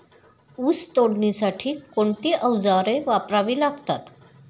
ऊस तोडणीसाठी कोणती अवजारे वापरावी लागतात?